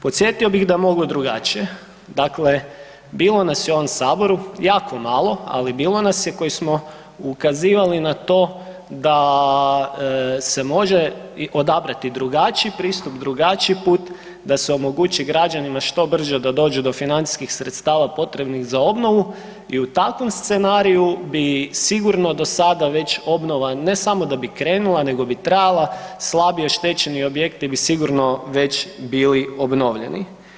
Podsjetio bih da mogu drugačije, dakle, bilo nas je u ovom Saboru, jako malo, ali bilo nas je koji smo ukazivali na to da se može i odabrati drugačiji pristup, drugačiji put, da se omogući građanima što brže da dođu do financijskih sredstava potrebnih za obnovu i u takvom scenariju bi sigurno do sada već obnova, ne samo da bi krenula, nego bi trajala, slabije oštećeni objekti bi sigurno već bili obnovljeni.